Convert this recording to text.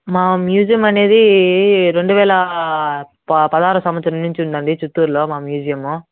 మా మ్యూజియం అనేది రెండు వేల ప పదహారో సంవత్సరం నుంచి ఉందండి చిత్తూరులో మా మ్యూజియము